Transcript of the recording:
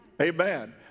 Amen